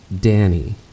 Danny